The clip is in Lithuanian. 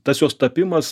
tas jos tapimas